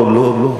לא לא לא.